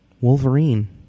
Wolverine